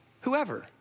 whoever